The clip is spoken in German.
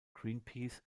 greenpeace